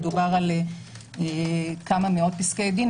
מדובר על כמה מאות פסקי דין,